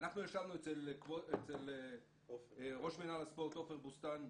אנחנו ישבנו אצל ראש מינהל הספורט, עופר בוסתן,